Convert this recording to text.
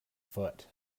foot